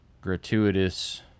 gratuitous